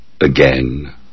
again